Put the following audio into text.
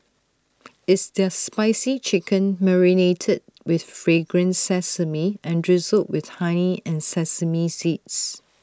it's their spicy chicken marinated with fragrant sesame and drizzled with honey and sesame seeds